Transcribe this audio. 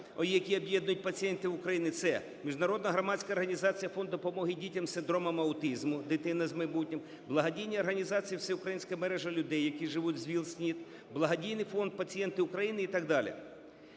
які об'єднують пацієнтів України. Це міжнародна громадська організація Фонд допомоги дітям з синдромом аутизму "Дитина з майбутнім", благодійні організації "Всеукраїнська мережа людей, які живуть з ВІЛ/СНІД", Благодійний фонд "Пацієнти України" і так далі.